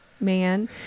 man